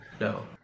No